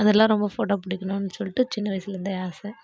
அதெல்லாம் ரொம்ப ஃபோட்டோ பிடிக்கணும்னு சொல்லிட்டு சின்ன வயதுலருந்தே ஆசை